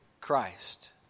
Christ